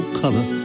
color